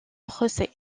procès